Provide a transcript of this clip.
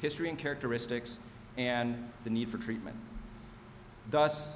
history and characteristics and the need for treatment thus